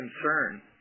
concern